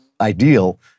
ideal